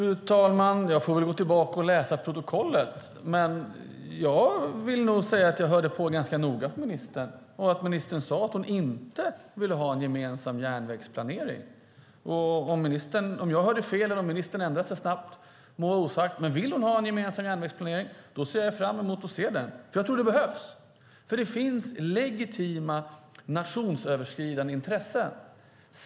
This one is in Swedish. Fru talman! Jag får väl läsa protokollet, men jag vill nog säga att jag hörde noga på vad ministern sade, nämligen att hon inte ville ha en gemensam järnvägsplanering. Om jag hörde fel eller om ministern ändrade sig snabbt må vara osagt, men om hon vill ha en gemensam järnvägsplanering ser jag fram emot att få ta del av den. En planering behövs. Det finns legitima nationsöverskridande intressen.